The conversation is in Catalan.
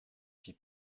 qui